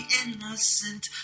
innocent